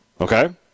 Okay